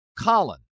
Colin